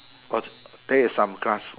but there is some grass